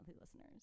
listeners